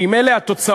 שאם אלה התוצאות,